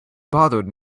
bothered